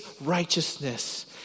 righteousness